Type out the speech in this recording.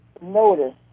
notice